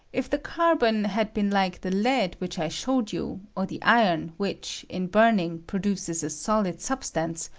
if the carbon had been like the lead which i showed you, or the iron which, in burning, pro duces a solid substance,